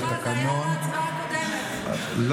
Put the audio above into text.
סליחה, זה